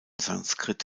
sanskrit